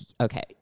Okay